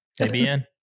ABN